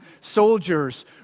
soldiers